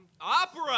Opera